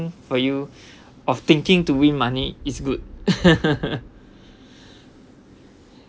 for you of thinking to win money is good